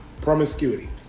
promiscuity